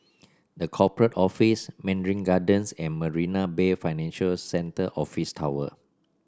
The Corporate Office Mandarin Gardens and Marina Bay Financial Centre Office Tower